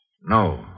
No